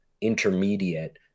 intermediate